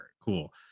Cool